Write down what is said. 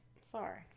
sorry